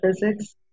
physics